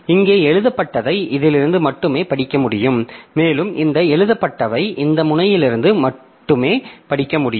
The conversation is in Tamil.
இங்கே எழுதப்பட்டதை இதிலிருந்து மட்டுமே படிக்க முடியும் மேலும் இந்த எழுதப்பட்டவை இந்த முனையிலிருந்து மட்டுமே படிக்க முடியும்